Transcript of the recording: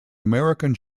american